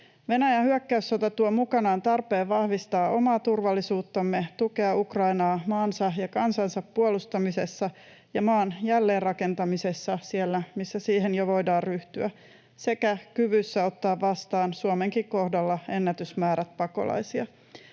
Venäjän hyökkäyssota tuo mukanaan tarpeen vahvistaa omaa turvallisuuttamme, tukea Ukrainaa maansa ja kansansa puolustamisessa ja maan jälleenrakentamisessa siellä, missä siihen jo voidaan ryhtyä, sekä kyvyssä ottaa vastaan Suomenkin kohdalla ennätysmäärät pakolaisia.